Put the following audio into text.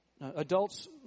Adults